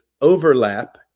overlap